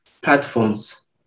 platforms